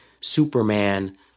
Superman